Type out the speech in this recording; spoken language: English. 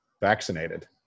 vaccinated